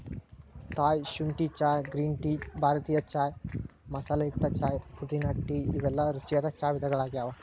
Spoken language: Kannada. ಥಾಯ್ ಶುಂಠಿ ಚಹಾ, ಗ್ರೇನ್ ಟೇ, ಭಾರತೇಯ ಚಾಯ್ ಮಸಾಲೆಯುಕ್ತ ಚಹಾ, ಪುದೇನಾ ಟೇ ಇವೆಲ್ಲ ರುಚಿಯಾದ ಚಾ ವಿಧಗಳಗ್ಯಾವ